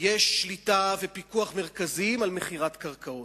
יש שליטה ופיקוח מרכזיים על מכירת קרקעות.